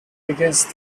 against